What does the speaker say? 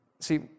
See